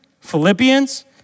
Philippians